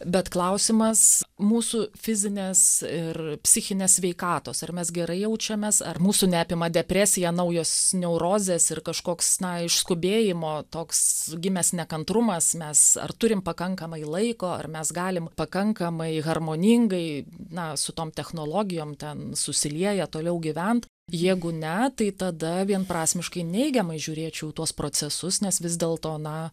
bet klausimas mūsų fizinės ir psichinės sveikatos ar mes gerai jaučiamės ar mūsų neapima depresija naujos neurozės ir kažkoks na iš skubėjimo toks gimęs nekantrumas mes ar turim pakankamai laiko ar mes galim pakankamai harmoningai na su tom technologijom ten susilieja toliau gyvent jeigu ne tai tada vienprasmiškai neigiamai žiūrėčiau į tuos procesus nes vis dėlto na